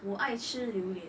我爱吃榴莲